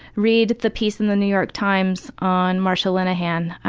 read the piece in the new york times on marsha linehan.